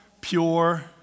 pure